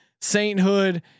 Sainthood